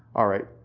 all right.